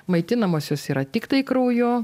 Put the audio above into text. maitinamos jos yra tiktai krauju